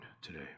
today